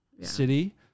city